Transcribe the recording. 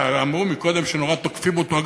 שאמרו קודם שנורא תוקפים אותו,